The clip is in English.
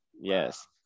Yes